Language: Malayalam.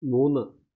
മൂന്ന്